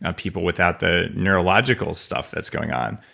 ah people without the neurological stuff that's going on,